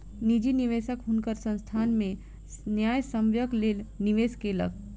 निजी निवेशक हुनकर संस्थान में न्यायसम्यक लेल निवेश केलक